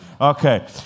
Okay